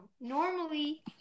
Normally